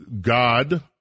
God